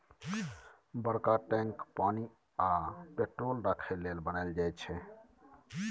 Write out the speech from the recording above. बरका टैंक पानि आ पेट्रोल राखय लेल बनाएल जाई छै